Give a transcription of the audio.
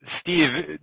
Steve